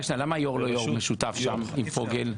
רק שנייה, למה היו"ר לא יו"ר משותף שם עם פוגל?